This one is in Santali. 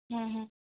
ᱦᱮᱸ ᱦᱮᱸ